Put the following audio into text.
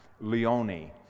Leone